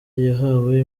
yahawe